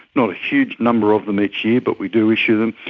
not a huge number of them each year but we do issue them.